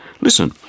Listen